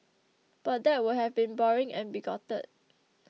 but that would have been boring and bigoted